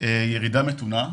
ירידה מתונה.